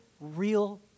real